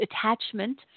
attachment